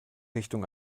richtung